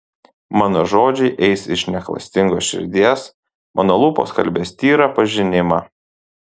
mano žodžiai eis iš neklastingos širdies mano lūpos kalbės tyrą pažinimą